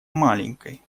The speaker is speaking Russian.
маленькой